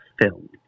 film